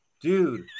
Dude